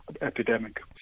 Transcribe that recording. epidemic